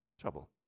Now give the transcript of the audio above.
trouble